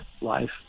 life